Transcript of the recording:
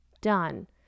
done